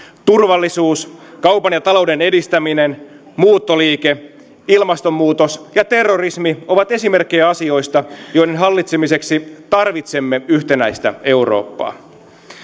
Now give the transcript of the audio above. turvallisuus kaupan ja talouden edistäminen muuttoliike ilmastonmuutos ja terrorismi ovat esimerkkejä asioista joiden hallitsemiseksi tarvitsemme yhtenäistä eurooppaa